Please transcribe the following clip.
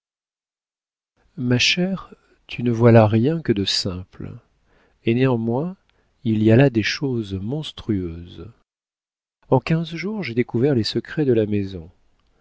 ma chère tu ne vois là rien que de simple et néanmoins il y a là des choses monstrueuses en quinze jours j'ai découvert les secrets de la maison